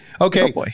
Okay